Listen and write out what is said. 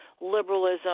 liberalism